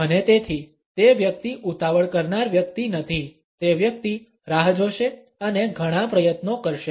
અને તેથી તે વ્યક્તિ ઉતાવળ કરનાર વ્યક્તિ નથી તે વ્યક્તિ રાહ જોશે અને ઘણા પ્રયત્નો કરશે